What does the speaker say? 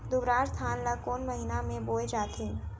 दुबराज धान ला कोन महीना में बोये जाथे?